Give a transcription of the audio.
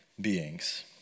beings